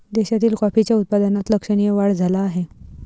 देशातील कॉफीच्या उत्पादनात लक्षणीय वाढ झाला आहे